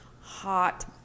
hot